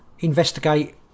Investigate